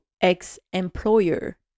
ex-employer